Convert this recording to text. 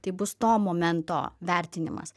tai bus to momento vertinimas